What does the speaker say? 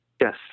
Yes